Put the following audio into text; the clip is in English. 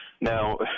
Now